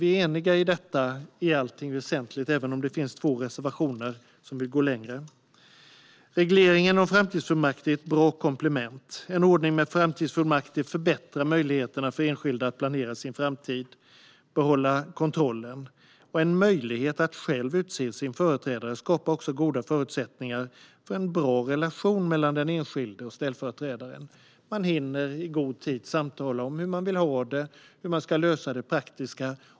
Vi är eniga i allt väsentligt, även om det finns två reservationer där man vill gå längre. Regleringen om framtidsfullmakter är ett bra komplement. En ordning med framtidsfullmakter förbättrar möjligheterna för enskilda att planera sin framtid och behålla kontrollen. En möjlighet att själv utse sin företrädare skapar också goda förutsättningar för en bra relation mellan den enskilde och ställföreträdaren. Man hinner i god tid samtala om hur man vill ha det och hur man ska lösa det praktiska.